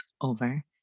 over